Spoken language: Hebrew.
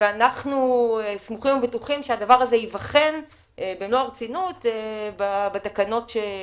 אנחנו סמוכים ובטוחים שהדבר הזה ייבחן במלוא הרצינות בתקנות שיבואו,